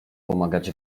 pomagać